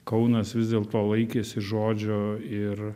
kaunas vis dėlto laikėsi žodžio ir